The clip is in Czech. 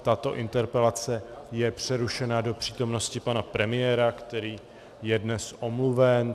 Tato interpelace je přerušena do přítomnosti pana premiéra, který je dnes omluven.